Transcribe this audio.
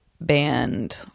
band